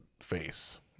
face